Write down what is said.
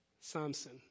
Samson